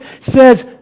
says